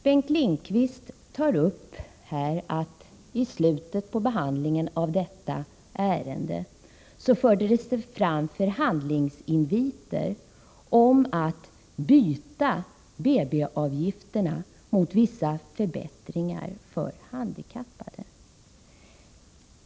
Bengt Lindqvist tar här upp att det i slutet av utskottsbehandlingen av detta ärende fördes fram förhandlingsinviter om att byta BB-avgifterna mot vissa förbättringar för handikappade.